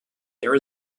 there